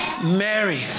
Mary